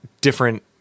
different